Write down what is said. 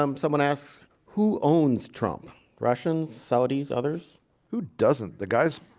um someone asks who owns trump russians saudis others who doesn't the guys